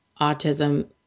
autism